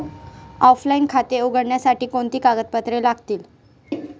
Offline खाते उघडण्यासाठी कोणती कागदपत्रे लागतील?